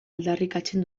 aldarrikatzen